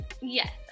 Yes